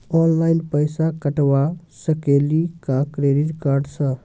Online पैसा कटवा सकेली का क्रेडिट कार्ड सा?